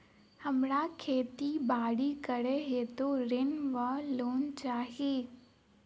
हमरा खेती बाड़ी करै हेतु ऋण वा लोन चाहि?